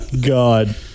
God